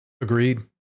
Agreed